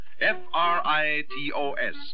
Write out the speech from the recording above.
F-R-I-T-O-S